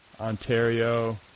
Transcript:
Ontario